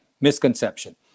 misconception